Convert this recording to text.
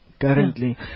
currently